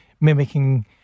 mimicking